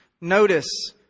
Notice